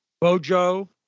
Bojo